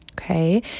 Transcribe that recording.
okay